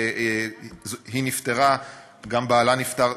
וכשהיא נפטרה גם בעלה נפטר,